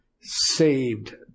saved